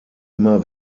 immer